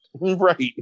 right